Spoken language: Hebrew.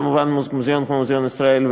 כמובן מוזיאון כמו מוזיאון ישראל,